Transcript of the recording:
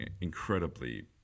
incredibly